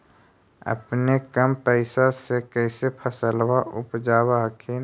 अपने कम पैसा से कैसे फसलबा उपजाब हखिन?